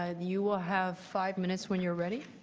ah you will have five minutes when you're ready.